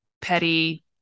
petty